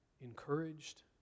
encouraged